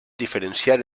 diferenciar